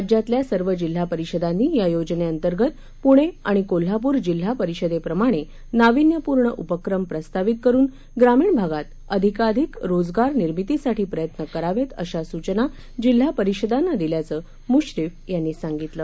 राज्यातल्या सर्व जिल्हा परिषदांनी या योजनेंतर्गत पुणे आणि कोल्हापूर जिल्हा परिषदेप्रमाणे नविन्यपूर्ण उपक्रम प्रस्तावित करुन ग्रामीण भागात अधिकाधिक रोजगार निर्मितीसाठी प्रयत्न करावेत अशा सूचना जिल्हा परिषदांना दिल्याचं मुश्रीफ यांनी सांगितलं